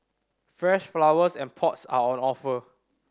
fresh flowers and pots are on offer